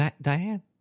Diane